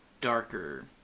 darker